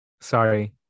sorry